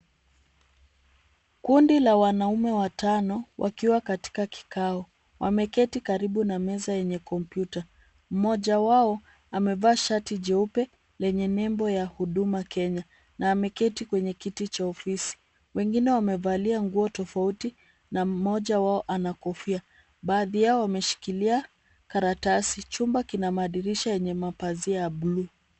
Kundi la wanaume watano wakiwa katika kikao. Wameketi karibu na meza yenye kompyuta. Mmoja wao amevaa shati jeupe lenye nembo ya Huduma Kenya na ameketi kwenye kiti cha ofisi. Wengine wamevalia nguo tofauti na mmoja wao ana kofia. Baadhi yao wameshikilia karatasi. Chumba kina madirisha yenye mapazia ya buluu.